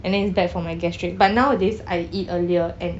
and then it's bad for my gastric but nowadays I eat earlier and